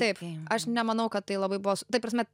taip aš nemanau kad tai labai buvos taip prasme